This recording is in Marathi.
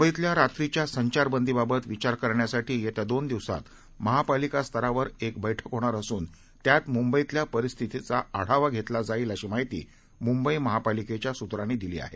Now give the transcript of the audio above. मुंबईतल्या रात्रीच्या संचारबदीबाबत विचार करण्यासाठी येत्या दोन दिवसात महापालिका स्तरावर एक बक्कि होणार असून त्यात मुंबईतल्या परिस्थितीचा आढावा घेतला जाईल अशी माहिती मुंबई महापालिकेच्या सूत्रानी दिली आहे